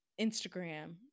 Instagram